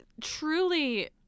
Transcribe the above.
truly